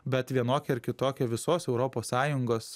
bet vienoki ar kitoki visos europos sąjungos